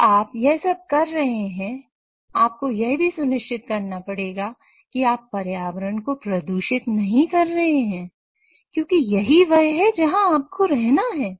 जब आप यह सब कर रहे हैं आपको यह भी सुनिश्चित करना पड़ेगा कि आप पर्यावरण को प्रदूषित नहीं कर रहे हैं क्योंकि यही वह है जहां आपको रहना है